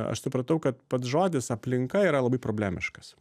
aš supratau kad pats žodis aplinka yra labai problemiškas